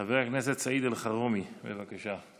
חבר הכנסת סעיד אלחרומי, בבקשה.